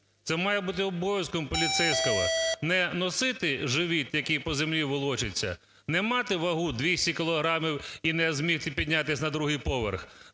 Це має бути обов'язком поліцейського. Не носити живіт, який по землі волочиться, не мати вагу 200 кілограмів і не змогти піднятись на другий поверх,